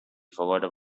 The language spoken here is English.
forgot